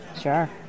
Sure